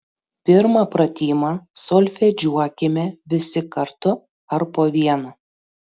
pirmą pratimą solfedžiuokime visi kartu ar po vieną